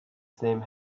same